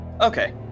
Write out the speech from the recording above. Okay